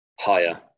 higher